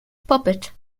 puppet